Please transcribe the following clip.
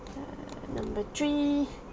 err number three